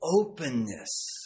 openness